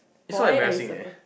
why are you surprised